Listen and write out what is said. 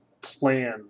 plan